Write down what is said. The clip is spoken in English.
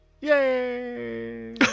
Yay